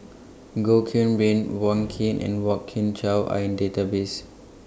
Goh Qiu Bin Wong Keen and Kwok Kian Chow Are in Database